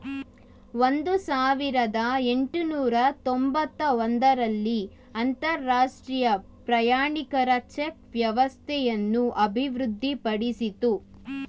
ಒಂದು ಸಾವಿರದ ಎಂಟುನೂರು ತೊಂಬತ್ತ ಒಂದು ರಲ್ಲಿ ಅಂತರಾಷ್ಟ್ರೀಯ ಪ್ರಯಾಣಿಕರ ಚೆಕ್ ವ್ಯವಸ್ಥೆಯನ್ನು ಅಭಿವೃದ್ಧಿಪಡಿಸಿತು